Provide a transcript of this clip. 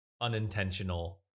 unintentional